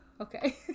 Okay